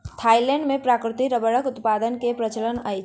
Thailand मे प्राकृतिक रबड़क उत्पादन के प्रचलन अछि